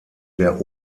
der